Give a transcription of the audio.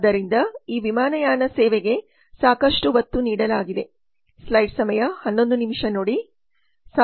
ಆದ್ದರಿಂದ ಈ ವಿಮಾನಯಾನ ಸೇವೆಗೆ ಸಾಕಷ್ಟು ಒತ್ತು ನೀಡಲಾಗಿದೆ